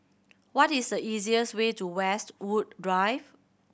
what is the easiest way to Westwood Drive